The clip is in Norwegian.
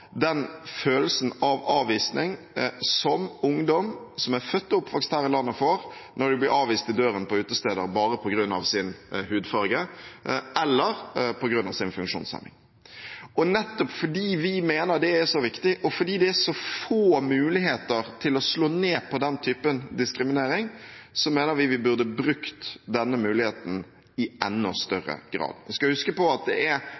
den følelsen av avvisning som ungdom som er født og oppvokst her i landet, får når de blir avvist i døren på utesteder bare på grunn av sin hudfarge eller på grunn av sin funksjonshemning. Nettopp fordi vi mener det er så viktig, og fordi det er så få muligheter til å slå ned på den typen diskriminering, mener vi vi burde brukt denne muligheten i enda større grad. Vi skal huske på at det